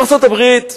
ארצות-הברית היא,